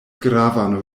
gravan